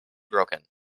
broken